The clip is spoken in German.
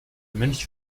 mönch